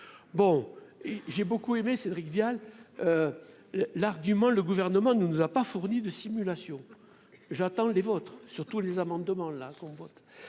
bon et j'ai beaucoup aimé Cédric Vial l'argument : le gouvernement ne nous a pas fourni de simulation, j'attends les vôtres sur tous les amendements là son vote,